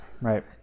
Right